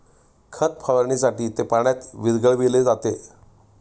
खत फवारणीसाठी ते पाण्यात विरघळविले जाते